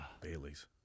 Bailey's